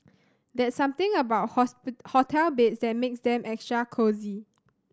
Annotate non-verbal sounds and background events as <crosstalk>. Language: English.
there's something about <unintelligible> hotel beds that makes them extra cosy